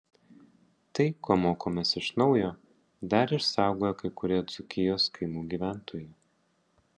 tai ko mokomės iš naujo dar išsaugojo kai kurie dzūkijos kaimų gyventojai